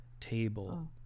table